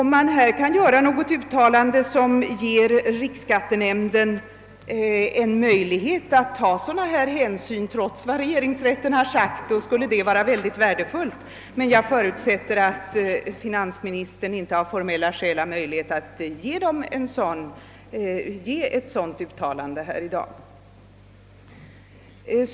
Om det kunde göras något uttalande som ger riksskattenämnden en möjlighet att ta sådana hänsyn trots regeringsrättens inställning skulle det vara mycket värdefullt, men jag förutsätter att finansministern av formella skäl inte har möjlighet att göra ett sådant uttalande i dag.